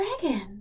dragon